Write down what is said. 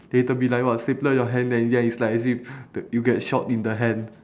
then later be like !wah! stapler your hand then ya it's like as if you get shot in the hand